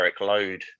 load